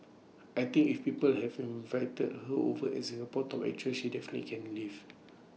I think if people have invited her over as Singapore's top actress she definitely can live